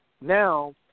now